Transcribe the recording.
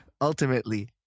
Ultimately